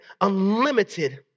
unlimited